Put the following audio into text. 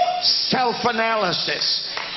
self-analysis